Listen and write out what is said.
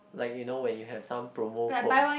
like you know when you have some promo code